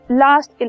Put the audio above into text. last